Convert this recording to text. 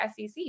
sec